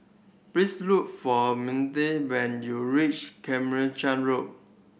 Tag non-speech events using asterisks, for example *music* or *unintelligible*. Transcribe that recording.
please look for *unintelligible* when you reach Carmichael Road